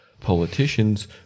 politicians